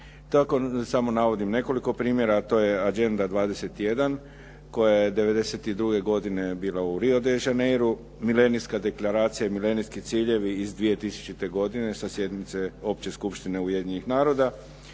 samo navodim samo nekoliko primjera, to je "Agenda 21" koja je 1992. godine bila u Rio de Janeiru, Milenijska deklaracija i milenijski ciljevi iz 2000. godine sa sjednice Opće skupštine Ujedinjenih naroda